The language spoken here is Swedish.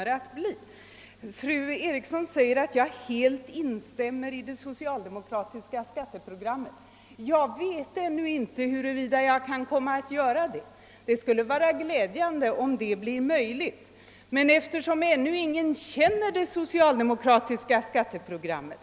Fru Eriksson i Stockholm säger att jag helt instämmer i det socialdemokratiska skatteprogrammet. Jag vet ännu inte huruvida jag kan komma att göra det. Det skulle vara glädjande om det blev möjligt. Men ingen känner ännu till det socialdemokratiska skatteprogrammet.